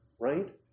right